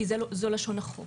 כי זו לשון החוק.